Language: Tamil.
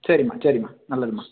சரிம்மா சரிம்மா நல்லதும்மா